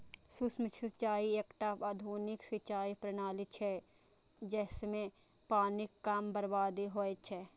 सूक्ष्म सिंचाइ एकटा आधुनिक सिंचाइ प्रणाली छियै, जइमे पानिक कम बर्बादी होइ छै